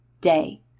day